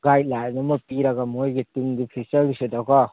guideline ꯑꯃ ꯄꯤꯔꯒ ꯃꯣꯏꯒꯤ ꯇꯨꯡꯒꯤ ꯐꯤꯌꯨꯆꯔꯁꯤꯗꯀꯣ